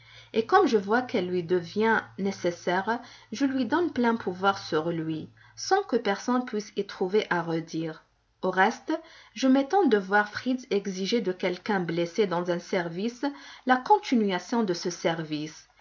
et comme je vois qu'elle lui devient nécessaire je lui donne plein pouvoir sur lui sans que personne puisse y trouver à redire au reste je m'étonne de voir fritz exiger de quelqu'un blessé dans un service la continuation de ce service